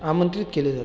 आमंत्रित केले जाते